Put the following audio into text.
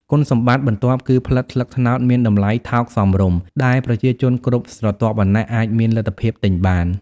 គុណសម្បត្តិបន្ទាប់គឺផ្លិតស្លឹកត្នោតមានតម្លៃថោកសមរម្យ ដែលប្រជាជនគ្រប់ស្រទាប់វណ្ណៈអាចមានលទ្ធភាពទិញបាន។